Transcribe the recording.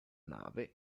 nave